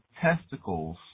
testicles